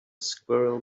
squirrel